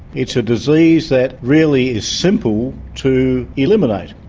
it's a disease that really is simple to eliminate.